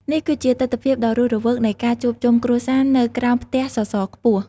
នេះគឺជាទិដ្ឋភាពដ៏រស់រវើកនៃការជួបជុំគ្រួសារនៅក្រោមផ្ទះសសរខ្ពស់។